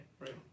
right